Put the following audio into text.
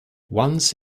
once